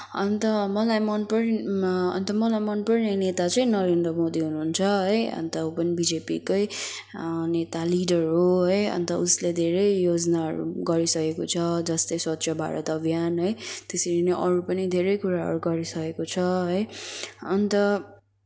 अन्त मलाई मनपर्ने अन्त मलाई मनपर्ने नेता चाहिँ नरेन्द्र मोदी हुनुहुन्छ है अन्त ऊ पनि बिजेपीकै नेता लिडर हो है अन्त उसले धेरै योजनाहरू गरिसकेको छ जस्तै स्वच्छ भारत अभियान है त्यसरी नै अरू पनि धेरै कुराहरू गरिसकेको छ है अन्त